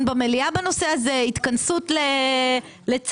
במליאה בנושא הזה או התכנסות לצעדים,